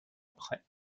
après